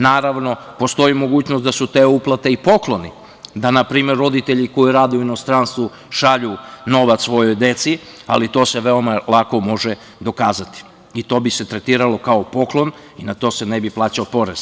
Naravno, postoji mogućnost da su te uplate i pokloni, da npr. roditelji koji rade u inostranstvu šalju novac svojoj deci, ali to se može veoma lako dokazati, i to bi se tretiralo kao poklon, na to se ne bi plaćao porez.